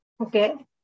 Okay